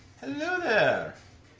are the